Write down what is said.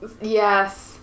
Yes